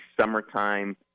summertime